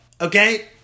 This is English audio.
Okay